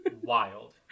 wild